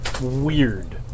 weird